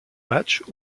matchs